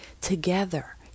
together